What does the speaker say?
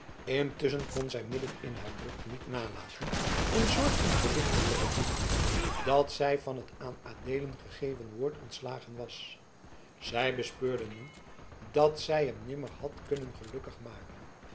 intusschen kon zij midden in haar druk niet nalaten een soort van verlichting te gevoelen dat zij van het aan adeelen gegeven woord ontslagen was zij bespeurde nu dat zij hem nimmer had kunnen gelukkig maken